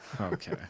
okay